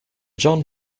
john